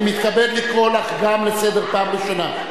אני מתכבד לקרוא גם לך לסדר פעם ראשונה.